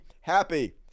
happy